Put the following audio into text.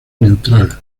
neutral